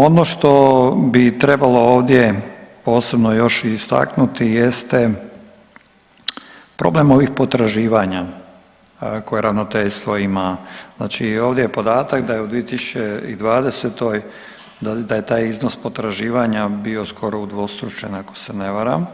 Ono što bi trebalo ovdje posebno još i istaknuti jeste problem ovih potraživanja koje Ravnateljstvo ima, znači ovdje je podatak da je u 2020., da je taj iznos potraživanja bio skoro udvostručen, ako se ne varam,